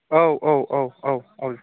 औ औ औ औ औ